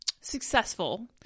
successful